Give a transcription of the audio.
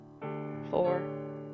four